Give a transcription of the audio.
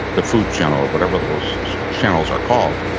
the food channel or whatever those channels are called,